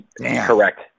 Correct